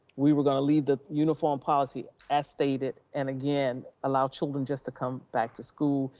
we were gonna leave the uniform policy as stated. and again, allow children just to come back to school.